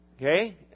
Okay